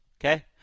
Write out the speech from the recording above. okay